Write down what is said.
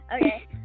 okay